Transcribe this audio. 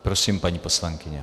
Prosím, paní poslankyně.